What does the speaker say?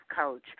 coach